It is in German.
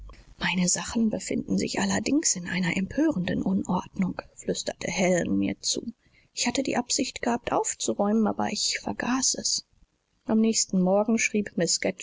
meine sachen befanden sich allerdings in einer empörenden unordnung flüsterte helen mir zu ich hatte die absicht gehabt aufzuräumen aber ich vergaß es am nächsten morgen schrieb